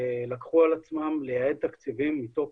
לקחו על עצמם לייעד תקציבים מתוך